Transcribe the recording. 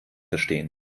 verstehen